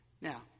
Now